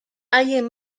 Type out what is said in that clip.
alguien